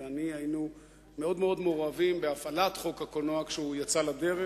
היינו מאוד מאוד מעורבים בהפעלת חוק הקולנוע כשהוא יצא לדרך.